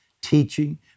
teaching